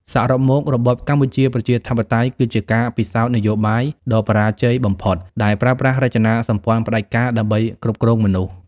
សរុបមក របបកម្ពុជាប្រជាធិបតេយ្យគឺជាការពិសោធន៍នយោបាយដ៏បរាជ័យបំផុត ដែលប្រើប្រាស់រចនាសម្ព័ន្ធផ្ដាច់ការដើម្បីគ្រប់គ្រងមនុស្ស។